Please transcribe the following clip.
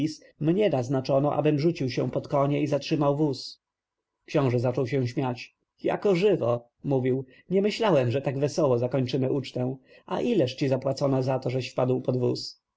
mnie naznaczono abym rzucił się pod konie i zatrzymał wóz książę zaczął się śmiać jako żywo mówił nie myślałem że tak wesoło zakończymy ucztę a ileż ci zapłacono za to żeś wpadł pod wóz